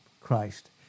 Christ